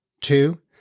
Two